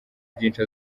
byinshi